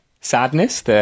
sadness